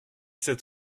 sept